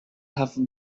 have